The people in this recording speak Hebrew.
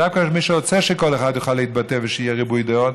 דווקא מי שרוצה שכל אחד יוכל להתבטא ושיהיה ריבוי דעות,